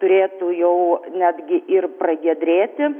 turėtų jau netgi ir pragiedrėti